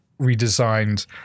redesigned